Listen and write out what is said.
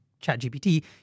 ChatGPT